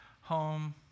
home